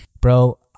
Bro